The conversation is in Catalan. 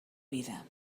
vida